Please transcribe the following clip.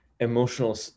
emotional